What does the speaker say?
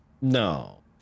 No